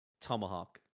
Tomahawk